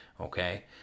Okay